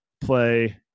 play